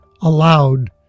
allowed